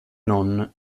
non